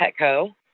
Petco